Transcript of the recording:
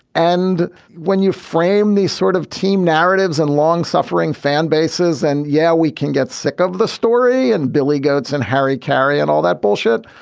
and when you frame these sort of team narratives and longsuffering fan bases and yeah, we can get sick of the story and billy goats and harry carey and all that bullshit.